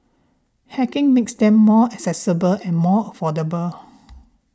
hacking makes them more accessible and more affordable